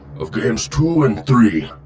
of games two and three,